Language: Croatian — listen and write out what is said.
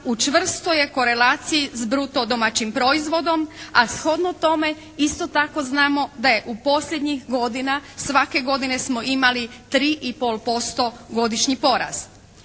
u čvrstoj je korelaciji s bruto domaćim proizvodom, a shodno tome isto tako znamo da je u posljednjih godina svake godine smo imali 3 i pol